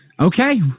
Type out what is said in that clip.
Okay